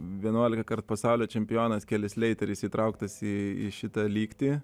vienuolika kart pasaulio čempionas kelis sleiteris įtrauktas į šitą lygtį